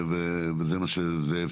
זה יעזור